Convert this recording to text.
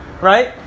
right